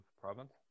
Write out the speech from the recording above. province